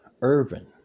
Irvin